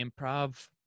improv